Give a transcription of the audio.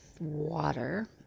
water